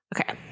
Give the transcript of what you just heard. Okay